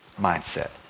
mindset